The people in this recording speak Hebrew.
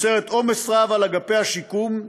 היא יוצרת עומס רב על אגפי השיקום,